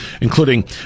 including